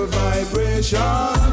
vibration